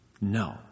No